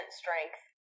strength